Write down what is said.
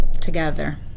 together